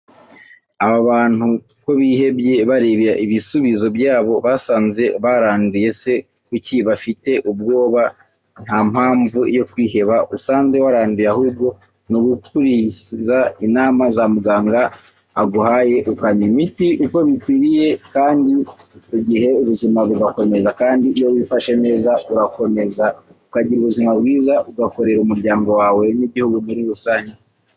Aba bantu kobihebye bareba ibisubizo byabo basanze baranduye se kuki bafite ubwoba ntampamvu yokwiheba usanze waranduye ahubwo nugukuriza inama zamuganga aguhaye ukannywa imiti uko bikwriye kandi kugihe ubuzima bugakomeza kandi iyo wifashe neza urakomeza ukagira ubuzima bwiza ugakorera umuryango wawe nigihugu muri rusange.